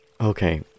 Okay